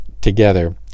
together